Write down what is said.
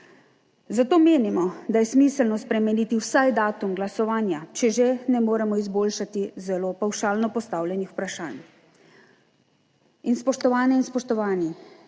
Zato menimo, da je smiselno spremeniti vsaj datum glasovanja, če že ne moremo izboljšati zelo pavšalno postavljenih vprašanj. In spoštovane in spoštovani,